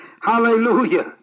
Hallelujah